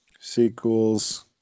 Sequels